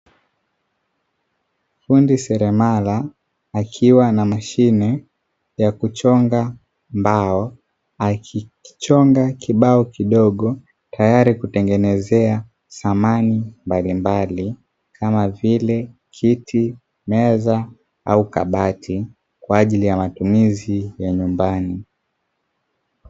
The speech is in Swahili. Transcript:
Fundi seremala akiwa na mashine ya kuchonga mbao, akichonga kibao kidogo tayari kutengeneza samani mbalimbali kama vile kiti, meza au kabati kwa ajili ya matumizi ya nyumbani.